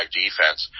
defense